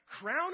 crown